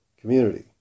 community